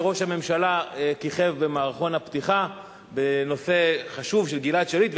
ראש הממשלה כיכב במערכון הפתיחה בנושא חשוב של גלעד שליט.